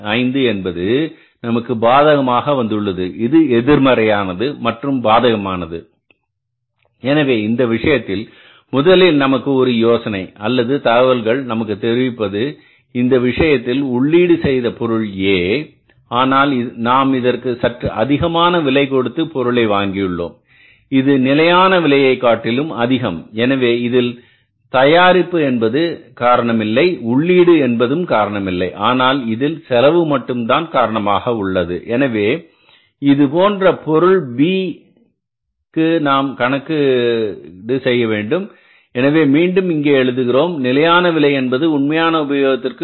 75 என்பது நமக்கு பாதகமாக வந்துள்ளது இது எதிர்மறையானது மற்றும் பாதகமானது எனவே இந்த விஷயத்தில் முதலில் நமக்கு ஒரு யோசனை அல்லது தகவல்கள் நமக்கு தெரிவிப்பது இந்த விஷயத்தில் உள்ளீடு செய்த பொருள் A ஆனால் நாம் இதற்கு சற்று அதிகமான விலை கொடுத்து பொருளை வாங்கியுள்ளோம் இது நிலையான விலையை காட்டிலும் அதிகம் எனவே இதில் தயாரிப்பு என்பது காரணமில்லை உள்ளீடு என்பதும் காரணமில்லை ஆனால் இதில் செலவு மட்டும்தான் காரணமாக உள்ளது எனவே இது போன்ற பொருள் B பொருள் Bக்கு நாம் கணக்கீடு செய்ய வேண்டும் எனவே மீண்டும் இங்கே எழுதுகிறோம் நிலையான விலை என்பது உண்மையான உபயோகத்திற்கு